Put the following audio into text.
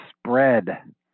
spread